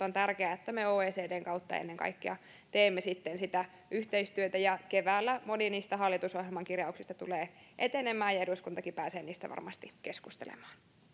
on tärkeää että me oecdn kautta ennen kaikkea teemme sitten sitä yhteistyötä ja keväällä moni niistä hallitusohjelman kirjauksista tulee etenemään ja eduskuntakin pääsee niistä varmasti keskustelemaan